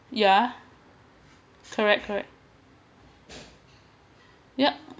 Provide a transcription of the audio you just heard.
ya correct correct yup